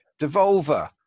Devolver